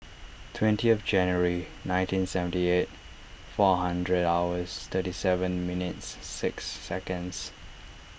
twentieth January nineteen seventy eight four hundred hours thirty seven minutes six seconds